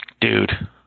Dude